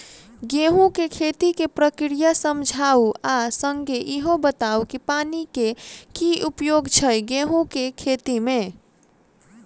गेंहूँ केँ खेती केँ प्रक्रिया समझाउ आ संगे ईहो बताउ की पानि केँ की उपयोग छै गेंहूँ केँ खेती में?